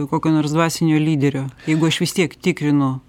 kokio nors dvasinio lyderio jeigu aš vis tiek tikrinu